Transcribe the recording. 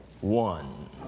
one